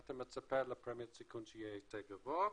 אתה מציע לפרמיית סיכון שתהיה יותר גבוהה.